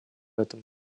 этом